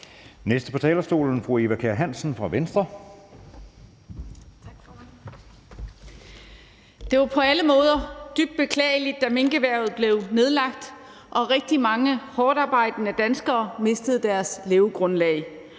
14:58 (Ordfører) Eva Kjer Hansen (V): Det var jo på alle måder dybt beklageligt, da minkerhvervet blev nedlagt og rigtig mange hårdtarbejdende danskere mistede deres levegrundlag,